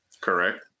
Correct